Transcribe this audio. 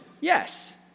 Yes